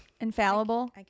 infallible